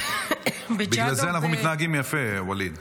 בגלל זה אנחנו מתנהגים יפה, ווליד.